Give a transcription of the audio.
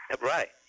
Right